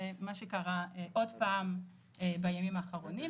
זה מה שקרה עוד פעם בימים האחרונים,